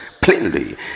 plainly